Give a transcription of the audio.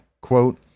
Quote